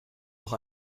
noch